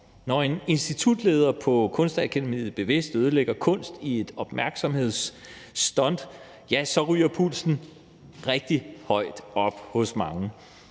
Når en institutleder på Kunstakademiet bevidst ødelægger kunst i et opmærksomhedsstunt, ja, så ryger pulsen rigtig højt op hos mange.